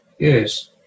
Yes